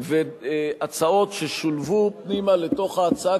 והצעות ששולבו פנימה לתוך ההצעה,